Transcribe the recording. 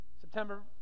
September